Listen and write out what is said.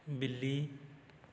ਬਿੱਲੀ